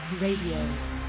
Radio